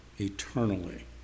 eternally